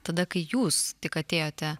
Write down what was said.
tada kai jūs tik atėjote